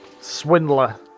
swindler